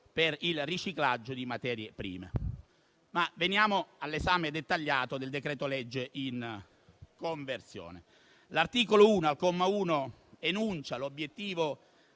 per il riciclaggio di materie prime. Veniamo all'esame dettagliato del decreto-legge in conversione. L'articolo 1, al comma 1, enuncia l'obiettivo